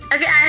Okay